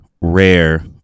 rare